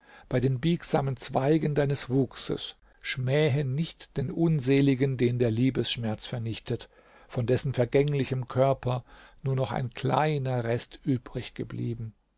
bei den biegsamen zweigen deines wuchses schmähe nicht den unseligen den der liebesschmerz vernichtet von dessen vergänglichem körper nur noch ein kleiner rest übrig geblieben